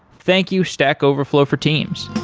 thank you stack overflow for teams